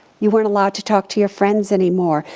you weren't allowed to talk to your friends anymore.